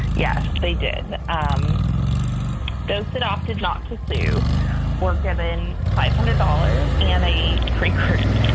yes, they did. um does it opted not to sue or given five hundred dollars and a precautious